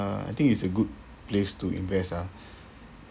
uh I think it's a good place to invest ah